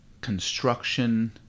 construction